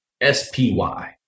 S-P-Y